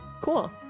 cool